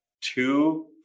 two